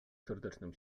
serdecznym